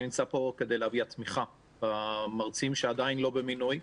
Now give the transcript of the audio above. אני נמצא פה כדי להביע תמיכה במרצים שהם עדיין לא במינוי.